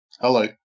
Hello